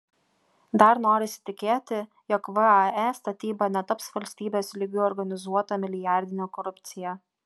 dar norisi tikėti jog vae statyba netaps valstybės lygiu organizuota milijardine korupcija